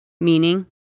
meaning